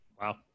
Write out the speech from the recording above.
Wow